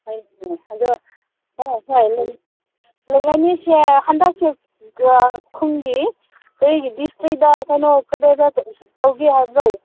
ꯍꯣꯏꯅꯦ ꯑꯗꯨ ꯍꯣꯏ ꯍꯣꯏ ꯂꯨꯏꯉꯥꯏꯅꯤꯁꯦ ꯍꯟꯗꯛꯁꯨ ꯈꯨꯟꯒꯤ ꯑꯩꯈꯣꯏꯒꯤ ꯗꯤꯁꯇ꯭ꯔꯤꯛꯇ ꯀꯩꯅꯣ ꯀꯩꯅꯣꯗ ꯇꯧꯒꯦ ꯍꯥꯏꯕ꯭ꯔꯣ